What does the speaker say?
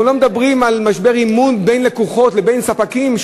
אנחנו לא מדברים על משבר אמון בין לקוחות לבין ספקים,